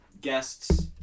guests